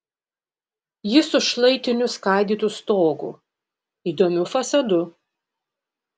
jis su šlaitiniu skaidytu stogu įdomiu fasadu